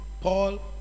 Paul